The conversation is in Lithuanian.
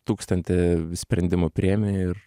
tūkstantį sprendimų priimi ir